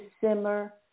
simmer